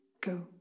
go